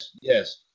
yes